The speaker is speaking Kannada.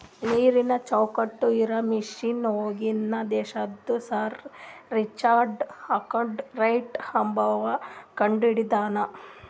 ನೀರನ್ ಚೌಕ್ಟ್ ಇರಾ ಮಷಿನ್ ಹೂರ್ಗಿನ್ ದೇಶದು ಸರ್ ರಿಚರ್ಡ್ ಆರ್ಕ್ ರೈಟ್ ಅಂಬವ್ವ ಕಂಡಹಿಡದಾನ್